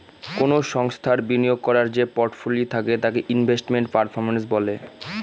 কোনো সংস্থার বিনিয়োগ করার যে পোর্টফোলি থাকে তাকে ইনভেস্টমেন্ট পারফরম্যান্স বলে